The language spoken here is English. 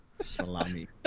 Salami